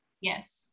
yes